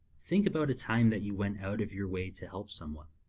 think about a time that you went out of your way to help someone.